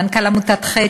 מנכ"ל עמותת "חץ",